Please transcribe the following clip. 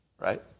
right